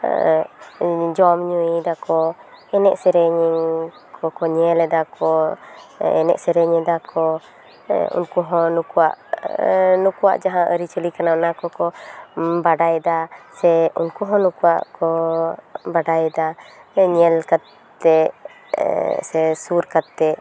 ᱡᱚᱢ ᱧᱩᱭ ᱫᱟᱠᱚ ᱮᱱᱮᱡ ᱥᱮᱨᱮᱧ ᱠᱚᱠᱚ ᱧᱮᱞ ᱮᱫᱟ ᱠᱚ ᱮᱱᱮᱡ ᱥᱮᱨᱮᱧ ᱫᱟᱠᱚ ᱦᱮᱸ ᱩᱱᱠᱩ ᱦᱚᱸ ᱱᱩᱠᱩᱣᱟᱜ ᱱᱩᱠᱩᱣᱟᱜ ᱡᱟᱦᱟᱸ ᱟᱹᱨᱤᱪᱟᱹᱞᱤ ᱠᱟᱱᱟ ᱚᱱᱟ ᱠᱚᱠᱚ ᱵᱟᱰᱟᱭᱮᱫᱟ ᱥᱮ ᱩᱱᱠᱩ ᱦᱚᱸ ᱱᱩᱠᱩᱣᱟᱜ ᱠᱚ ᱵᱟᱰᱟᱭᱮᱫᱟ ᱧᱮᱞ ᱠᱟᱛᱮᱫ ᱥᱮ ᱥᱩᱨ ᱠᱟᱛᱮᱫ